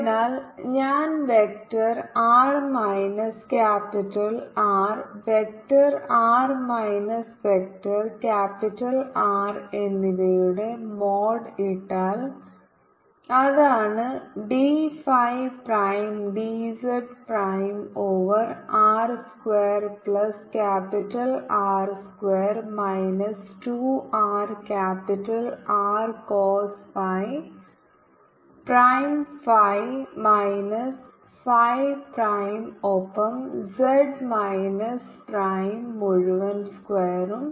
അതിനാൽ ഞാൻ vector R minus capital R vector R minus vector capital R എന്നിവയുടെ mod ഇട്ടാൽ അതാണ് d phi prime dz prime over R square plus capital R square minus 2 R capital R cos phi prime phi minus phi prime ഒപ്പം z minus z prime മുഴുവൻ സ്ക്വയറും